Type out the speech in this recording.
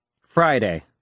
Friday